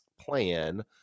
plan